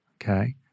Okay